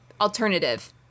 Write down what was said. Alternative